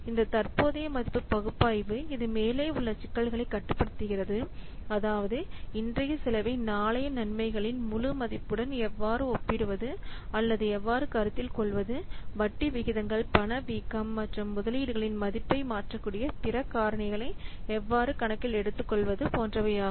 இந்த தற்போதைய மதிப்பு பகுப்பாய்வு இது மேலே உள்ள சிக்கல்களைக் கட்டுப்படுத்துகிறது அதாவது இன்றைய செலவை நாளைய நன்மைகளின் முழு மதிப்புடன் எவ்வாறு ஒப்பிடுவது அல்லது எவ்வாறு கருத்தில் கொள்வது வட்டி விகிதங்கள் பணவீக்கம் மற்றும் முதலீடுகளின் மதிப்பை மாற்றக்கூடிய பிற காரணிகளை எவ்வாறு கணக்கில் எடுத்துக்கொள்வது போன்றவையாகும்